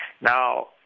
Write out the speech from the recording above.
Now